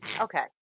okay